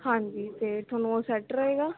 ਹਾਂਜੀ ਤਾਂ ਤੁਹਾਨੂੰ ਉਹ ਸੈੱਟ ਰਹੇਗਾ